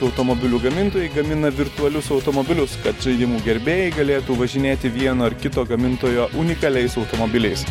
automobilių gamintojai gamina virtualius automobilius kad žaidimų gerbėjai galėtų važinėti vieno ar kito gamintojo unikaliais automobiliais